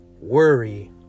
worry